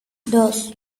dos